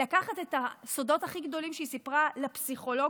לקחת את הסודות הכי גדולים שהיא סיפרה לפסיכולוג